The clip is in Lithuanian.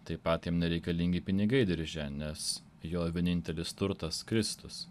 tai pat jam nereikalingi pinigai dirže nes jo vienintelis turtas kristus